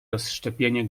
rozszczepienie